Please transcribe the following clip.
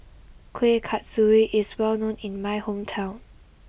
Kuih Kasturi is well known in my hometown